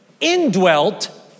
indwelt